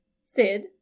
Sid